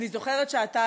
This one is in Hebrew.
אני זוכרת שאתה